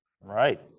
Right